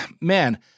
man –